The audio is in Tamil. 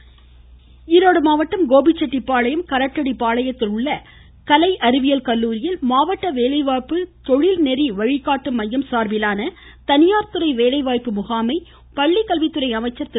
செங்கோட்டையன் ஈரோடு மாவட்டம் கோபிச்செட்டிப்பாளையம் கரட்டிபாளையத்தில் உள்ள கலை அறிவியல் கல்லூரியில் மாவட்ட வேலைவாய்ப்பு தொழில்நெறி வழிகாட்டு மையம் சார்பிலான தனியார் துறை வேலைவாய்ப்பு முகாமை பள்ளிக்கல்வித்துறை அமைச்சர் திரு